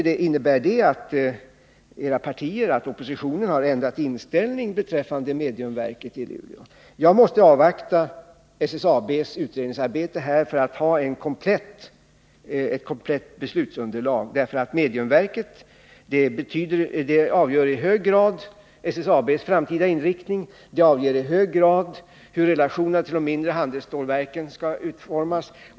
Innebär det att oppositionen har ändrat inställning beträffande mediumverket i Luleå? Jag måste avvakta SSAB:s utredningsarbete för att ha ett komplett beslutsunderlag. Mediumverket avgör i hög grad SSAB:s framtida inriktning och hur relationerna till de mindre handelsstålverken skall utformas.